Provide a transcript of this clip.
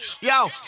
yo